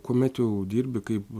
kuomet jau dirbi kaip